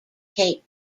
cape